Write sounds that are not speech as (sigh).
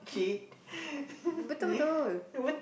cheat (laughs)